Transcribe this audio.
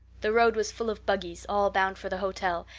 the road was full of buggies, all bound for the hotel,